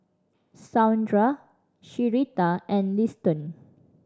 Saundra Syreeta and Liston